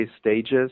stages